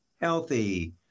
healthy